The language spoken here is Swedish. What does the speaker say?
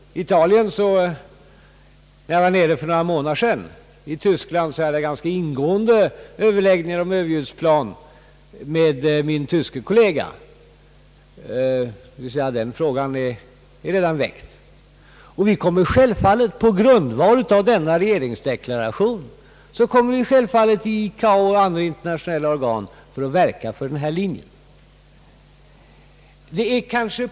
När jag för några månader sedan var i Västtyskland, hade jag en ganska ingående överläggning med min tyske kollega om överljudsplan. Frågan är alltså redan väckt. Vi kommer självfallet på grundval av regeringsdeklarationen att i ICAO och andra internationella organ att verka för regeringsdeklarationens linje.